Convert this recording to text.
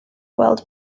gweld